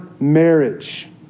marriage